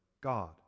God